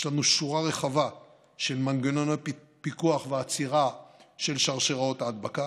יש לנו שורה רחבה של מנגנוני פיקוח ועצירה של שרשראות ההדבקה.